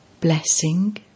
Blessing